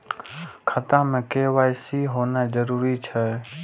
खाता में के.वाई.सी होना जरूरी छै?